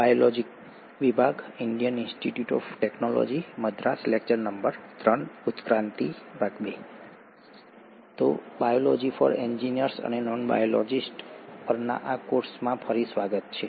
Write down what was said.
તો "biology for engineers અને non biologist" પરના આ કોર્સમાં ફરી સ્વાગત છે